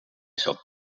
zat